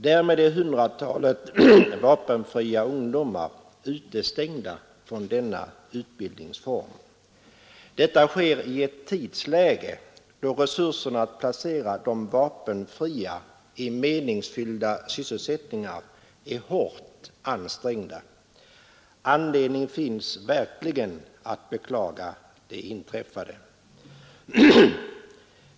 Därmed är ett hundratal vapenfria ungdomar utestängda från denna utbildningsform. Detta sker i ett tidsläge då resurserna att placera de vapenfria i meningsfyllda sysselsättningar är hårt ansträngda. Anledning finns verkligen att beklaga det inträffade.